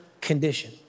condition